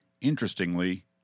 interestingly